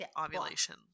ovulation